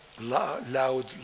loud